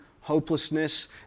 hopelessness